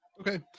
okay